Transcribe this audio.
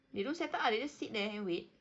they don't setup ah they just sit there and wait